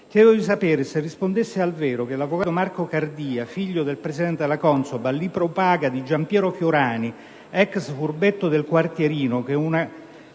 chiedevo di sapere se rispondesse al vero che l'avvocato Marco Cardia, figlio del presidente della CONSOB, a libro paga di Giampiero Fiorani, ex «furbetto del quartierino», con una